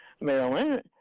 Maryland